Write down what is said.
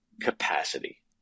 capacity